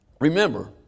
remember